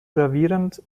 gravierend